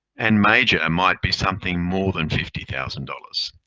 and major might be something more than fifty thousand dollars.